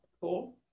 cool